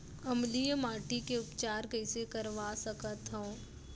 अम्लीय माटी के उपचार कइसे करवा सकत हव?